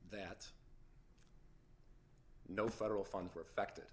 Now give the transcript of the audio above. that no federal funds were affected